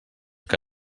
que